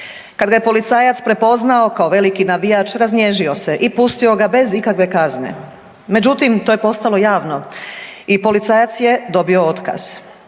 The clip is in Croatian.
Kada ga je policajac prepoznao kao veliki navijač raznježio se i pustio ga je bez ikakve kazne. Međutim, to je postalo javno i policajac je dobio otkaz.